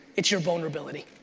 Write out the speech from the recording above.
it's your vulnerability.